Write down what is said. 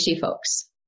folks